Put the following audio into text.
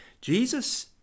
Jesus